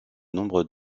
nombres